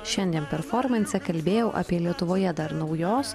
šiandien performansą kalbėjau apie lietuvoje dar naujos